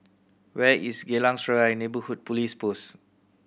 where is Geylang Serai Neighbourhood Police Post